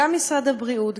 גם משרד הבריאות,